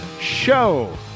Show